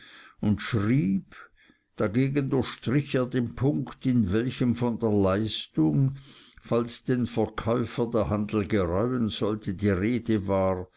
und schrieb dagegen durchstrich er den punkt in welchem von der leistung falls dem verkäufer der handel gereuen sollte die rede war